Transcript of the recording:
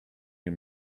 you